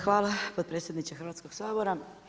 Hvala potpredsjedniče Hrvatskog sabora.